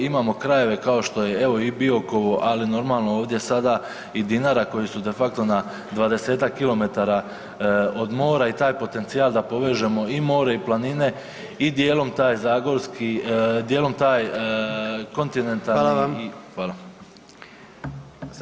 Imamo krajeve kao što je evo i Biokovo, ali normalno ovdje sada i Dinara koji su de facto na 20-tak kilometara od mora i taj potencijal da povežemo i more i planine i dijelom taj zagorski, dijelom taj kontinentalni [[Upadica predsjednik: Hvala vam.]] Hvala.